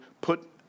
put